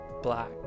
black